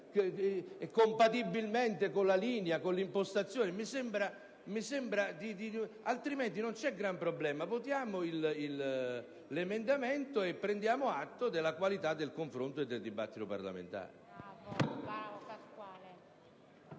compatibilmente con la linea e con l'impostazione. In caso contrario, non vi è alcun problema. Voteremo l'emendamento e prenderemo atto della qualità del confronto e del dibattito parlamentare.